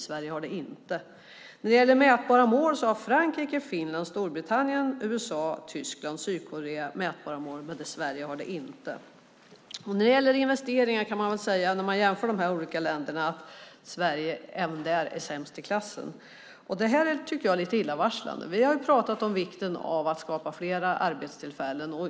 Sverige har det inte. Frankrike, Finland, Storbritannien, USA, Tyskland och Sydkorea har mätbara mål. Sverige har det inte. När man jämför de olika länderna i fråga om investeringar är Sverige sämst i klassen. Det här är lite illavarslande. Vi har pratat om vikten av att skapa fler arbetstillfällen.